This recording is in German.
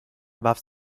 warf